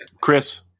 Chris